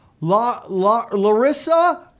Larissa